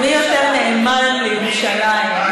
מי יותר נאמן לירושלים?